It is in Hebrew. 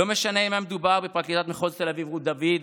לא משנה אם היה מדובר בפרקליטת מחוז תל אביב רות דוד,